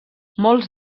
molts